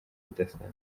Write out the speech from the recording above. budasanzwe